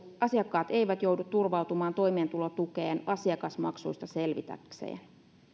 asiakkaat eivät joudu turvautumaan toimeentulotukeen asiakasmaksuista selvitäkseen